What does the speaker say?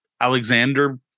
Alexander